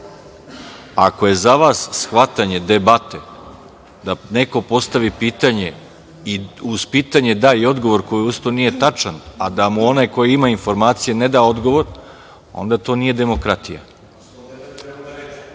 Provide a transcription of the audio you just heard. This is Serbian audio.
Ako je za vas shvatanje debate da neko postavi pitanje i uz pitanje da i odgovor, koji, usput, nije tačan, a da mu onaj ko ima informacije ne da odgovor, onda to nije demokratija.(Marko